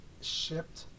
shipped